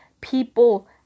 people